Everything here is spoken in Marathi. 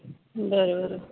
बरोबर आहे